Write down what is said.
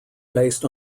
based